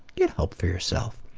get help for yourself.